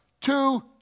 two